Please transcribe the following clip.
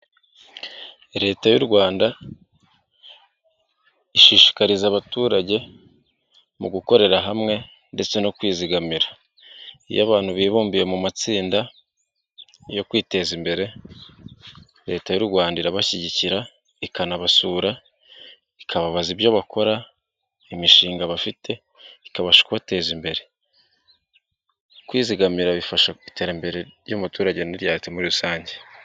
Leta y'u Rwanda ishishikariza abaturage mu gukorera hamwe ndetse no kwizigamira. Iyo abantu bibumbiye mu matsinda yo kwiteza imbere leta y'u Rwanda irabashyigikira ikanabasura, ikababaza ibyo bakora imishinga bafite ikabasha kubateza imbere. Kwizigamira bifasha iterambere ry'umuturage n'igihugu muri rusange.